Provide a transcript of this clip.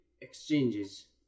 exchanges